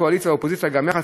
קואליציה ואופוזיציה גם יחד,